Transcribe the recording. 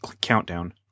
countdown